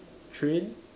train